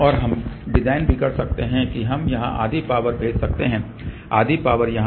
और हम अब डिजाइन भी कर सकते हैं कि हम यहां आधी पावर भेज सकते हैं आधी पावर यहां